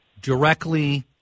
directly